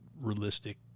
realistic